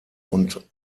und